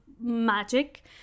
magic